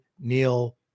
Neil